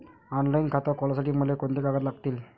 Online खातं खोलासाठी मले कोंते कागद लागतील?